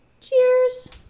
cheers